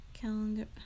Calendar